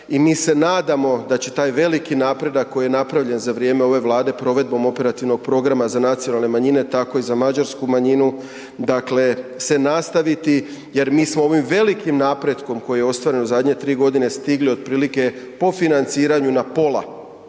i mi se nadamo da će taj veliki napredak koji je napravljen za vrijem ove Vlade provedbom operativnog programa za nacionalne manjine, tako i za Mađarsku manjinu, dakle se nastaviti jer mi smo ovim velikim napretkom koji je ostvaren u zadnje 3 godine stigli otprilike po financiranju na pola